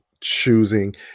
Choosing